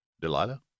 Delilah